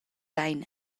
ein